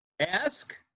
Ask